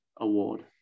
award